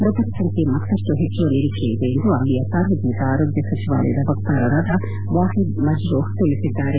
ಮೃತರ ಸಂಖ್ಯೆ ಮತ್ತಷ್ಟು ಹೆಚ್ಚುವ ನಿರೀಕ್ಷೆಯಿದೆ ಎಂದು ಅಲ್ಲಿಯ ಸಾರ್ವಜನಿಕ ಆರೋಗ್ಯ ಸಚಿವಾಲಯದ ವಕ್ತಾರರಾದ ವಾಹಿದ್ ಮಜ್ರೋಹ್ ತಿಳಿಸಿದ್ದಾರೆ